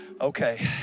Okay